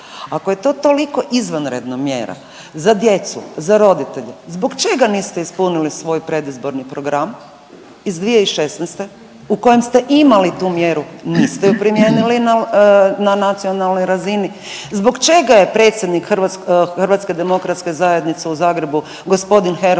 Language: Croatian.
Ako je to toliko izvanredna mjera za djecu, za roditelje zbog čega niste ispunili svoj predizborni program iz 2016. u kojem ste imali tu mjeru, niste je primijenili na nacionalnoj razini. Zbog čega je predsjednik Hrvatske demokratske zajednice u Zagrebu gospodin Herman